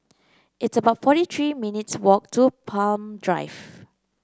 it's about forty three minutes' walk to Palm Drive